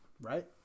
right